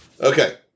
Okay